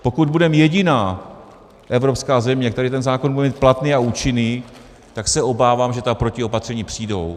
Pokud budeme jediná evropská země, která ten zákon bude mít platný a účinný, tak se obávám, že ta protiopatření přijdou.